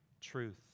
Truth